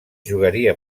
jugaria